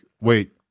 wait